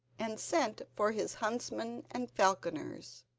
and sent for his huntsmen and falconers.